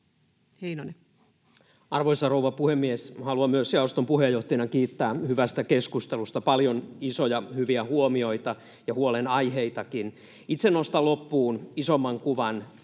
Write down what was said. Content: Arvoisa rouva puhemies! Haluan myös jaoston puheenjohtajana kiittää hyvästä keskustelusta: paljon isoja, hyviä huomioita ja huolenaiheitakin. Itse nostan loppuun isomman kuvan,